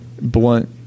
blunt